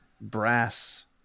brass